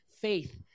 Faith